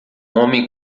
homem